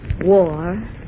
War